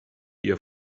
ihr